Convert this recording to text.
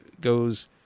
goes